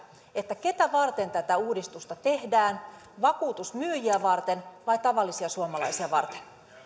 keitä varten tätä uudistusta tehdään vakuutusmyyjiä varten vai tavallisia suomalaisia varten